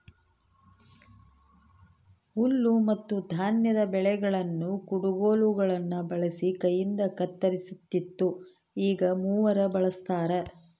ಹುಲ್ಲುಮತ್ತುಧಾನ್ಯದ ಬೆಳೆಗಳನ್ನು ಕುಡಗೋಲುಗುಳ್ನ ಬಳಸಿ ಕೈಯಿಂದಕತ್ತರಿಸ್ತಿತ್ತು ಈಗ ಮೂವರ್ ಬಳಸ್ತಾರ